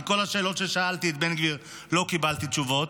כי על כל השאלות ששאלתי את בן גביר לא קיבלתי תשובות.